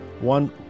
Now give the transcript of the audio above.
one